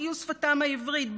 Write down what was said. החיו שפתם העברית,